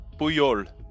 Puyol